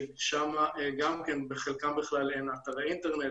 ששם בחלקם אין אתרי אינטרנט,